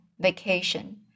vacation